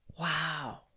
Wow